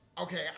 Okay